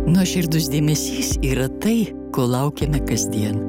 nuoširdus dėmesys yra tai ko laukiame kasdien